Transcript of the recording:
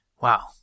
Wow